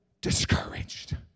discouraged